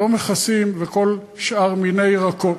לא מכסים וכל שאר מיני ירקות.